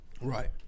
Right